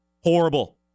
Horrible